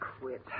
quit